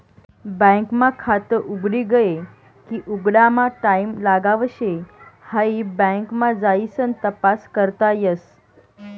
bank मा खात उघडी गये की उघडामा टाईम लागाव शे हाई बँक मा जाइसन तपास करता येस